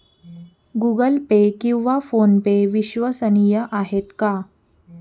Google Pay किंवा PhonePe विश्वसनीय आहेत का?